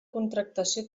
contractació